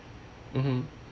mmhmm